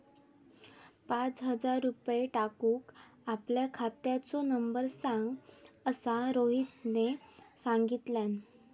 पाच हजार रुपये टाकूक आपल्या खात्याचो नंबर सांग असा रोहितने सांगितल्यान